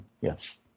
yes